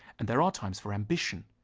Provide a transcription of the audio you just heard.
and there are times for ambition.